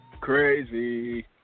Crazy